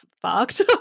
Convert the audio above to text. fucked